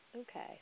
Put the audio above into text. Okay